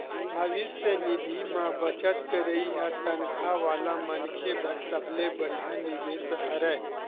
भविस्य निधि म बचत करई ह तनखा वाला मनखे बर सबले बड़िहा निवेस हरय